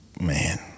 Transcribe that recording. Man